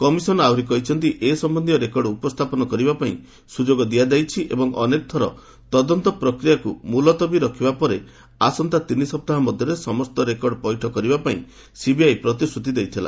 commission ଆହୁରି କହିଛନ୍ତି ଏ ସମ୍ଭନ୍ଧୀୟ ରେକର୍ଡ ଉପସ୍ଥାପନ କରିବା ପାଇଁ ସୁଯୋଗ ଦିଆଯାଇଛି ଏବଂ ଅନେକଥର ତଦନ୍ତ ପ୍ରକ୍ରିୟାକୁ ମୁଲତବି ରଖିବା ପରେ ଆସନ୍ତା ତିନି ସପ୍ତାହ ମଧ୍ୟରେ ସମସ୍ତ ରେକର୍ଡ ପଇଠ କରିବା ପାଇଁ ସିବିଆଇ ପ୍ରତିଶ୍ରତି ଦେଇଥିଲା